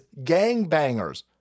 gangbangers